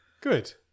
Good